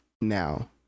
now